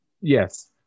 Yes